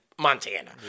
Montana